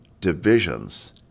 divisions